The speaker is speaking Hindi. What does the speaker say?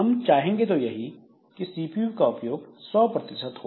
हम चाहेंगे तो यही कि सीपीयू का उपयोग 100 हो